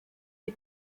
die